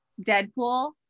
Deadpool